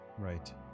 right